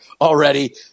already